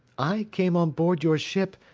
i came on board your ship,